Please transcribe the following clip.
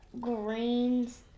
greens